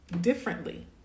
differently